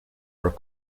are